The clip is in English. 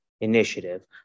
initiative